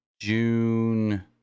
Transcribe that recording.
June